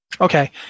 Okay